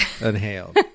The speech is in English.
inhaled